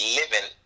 living